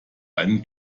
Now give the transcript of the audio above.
einen